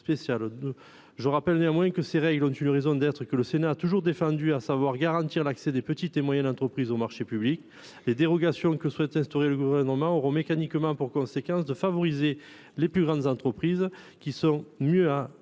aux marchés de réseau ont une raison d'être que le Sénat a toujours défendue, à savoir garantir l'accès des petites et moyennes entreprises aux marchés publics. Les dérogations que souhaite instaurer le Gouvernement auront mécaniquement pour conséquence de favoriser les plus grandes entreprises, qui sont mieux à même